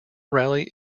rally